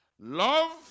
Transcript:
Love